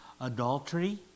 adultery